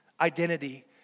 identity